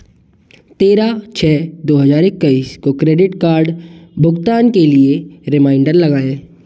तेरह छः दो हज़ार इक्कीस को क्रेडिट कार्ड भुगतान के लिए रिमाइंडर लगाएँ